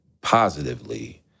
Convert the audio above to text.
positively